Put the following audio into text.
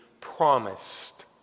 promised